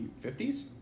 50s